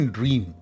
Dream